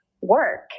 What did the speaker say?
work